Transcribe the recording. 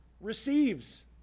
receives